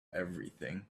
everything